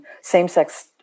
same-sex